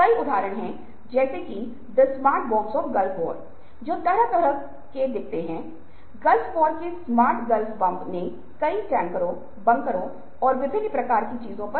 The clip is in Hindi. और वहाँ आप समाधान के लिए एक संकल्प का पता लगा सकते हैं